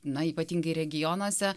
na ypatingai regionuose